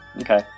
Okay